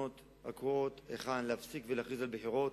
הקרואות והיכן להפסיק ולהכריז על בחירות.